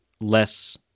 less